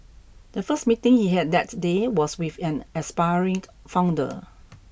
the first meeting he had that day was with an aspiring founder